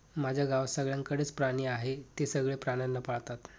माझ्या गावात सगळ्यांकडे च प्राणी आहे, ते सगळे प्राण्यांना पाळतात